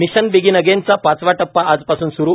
mission begin again चा पाचवा टप्पा आज पासून सुरु